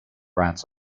rats